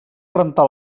rentar